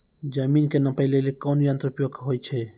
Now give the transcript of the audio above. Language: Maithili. जमीन के नापै लेली कोन यंत्र के उपयोग होय छै?